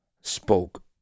spoke